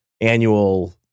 annual